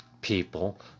People